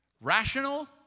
Rational